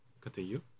continue